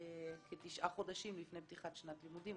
כתשעה חודשים לפני פתיחת שנת לימודים,